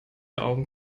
augen